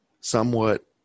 somewhat